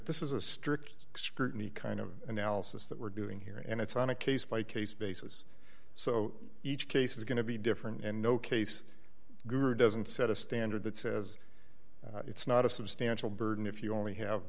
this is a strict scrutiny kind of analysis that we're doing here and it's on a case by case basis so each case is going to be different in no case guru doesn't set a standard that says it's not a substantial burden if you only have